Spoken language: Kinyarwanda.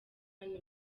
niwe